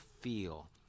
feel